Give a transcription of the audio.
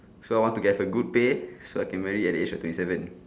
so I want to get a good pay so I can marry at the age of twenty seven